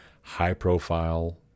high-profile